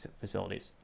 facilities